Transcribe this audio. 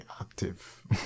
active